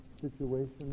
situation